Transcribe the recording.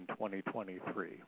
2023